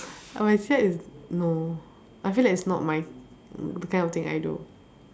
but silat is no I feel like it's not my the kind of thing I do